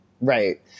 Right